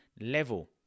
level